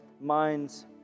minds